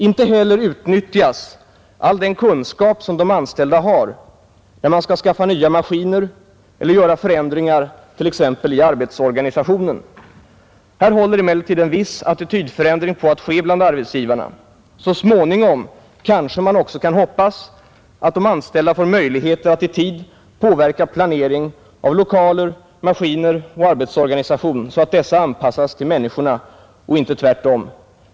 Inte heller utnyttjas all den kunskap som de anställda har när man ska skaffa nya maskiner eller göra förändringar t.ex. i arbetsorganisationen. Här håller emellertid en viss attitydförändring på att ske bland arbetsgivarna. Så småningom kanske man också kan hoppas, att de anställda får möjligheter att i tid påverka planering av lokaler, maskiner och arbetsorganisation, så att dessa anpassas till människorna och inte tvärtom.